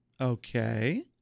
Okay